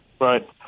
Right